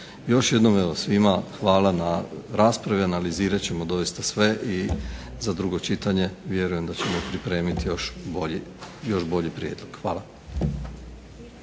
Još jednom evo svima hvala na raspravi, analizirat ćemo doista sve i za drugo čitanje vjerujem da ćemo pripremiti još bolji prijedlog. Hvala.